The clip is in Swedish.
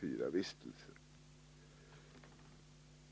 §-vistelsen.